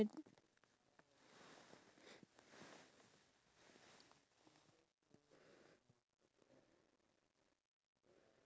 because whatever my parents gave me I feel like it's very hard for me to try to reward them back or pay them back with